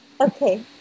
Okay